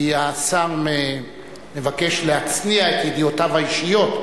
כי השר מבקש להצניע את ידיעותיו האישיות: